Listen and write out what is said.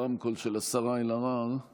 אנחנו נמצאים ערב הקמת הממשלה,